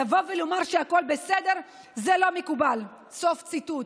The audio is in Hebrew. "לבוא ולומר שהכול בסדר זה לא מקובל", סוף ציטוט.